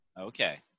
Okay